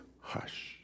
hush